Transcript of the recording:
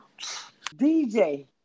DJ